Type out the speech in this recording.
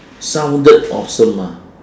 sounded awesome ah